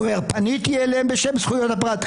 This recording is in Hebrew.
אומר: פניתי אליהם בשם זכויות הפרט.